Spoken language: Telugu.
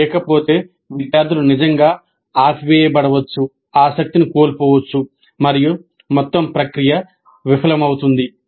లేకపోతే విద్యార్థులు నిజంగా ఆపివేయబడవచ్చు ఆసక్తిని కోల్పోవచ్చు మరియు మొత్తం ప్రక్రియ విఫలమవుతుంది